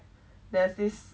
there's this